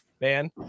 man